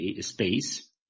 space